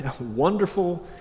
wonderful